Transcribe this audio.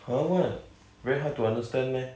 !huh! what very hard to understand meh